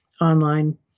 online